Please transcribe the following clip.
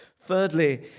Thirdly